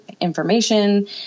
information